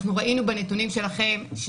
ראינו בנתונים שלכם,